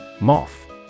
Moth